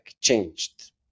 changed